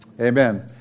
Amen